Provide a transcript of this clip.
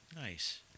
Nice